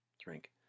drink